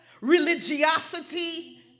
religiosity